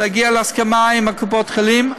להגיע להסכמה עם קופות החולים.